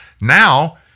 Now